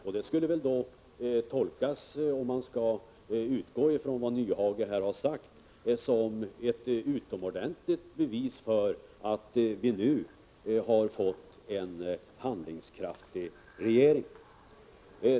Om man skall utgå från vad Hans Nyhage här har sagt, skall väl detta tolkas som ett utomordentligt bevis för att vi nu fått en handlingskraftig regering.